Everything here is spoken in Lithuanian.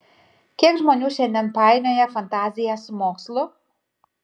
kiek žmonių šiandien painioja fantaziją su mokslu